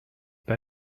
pas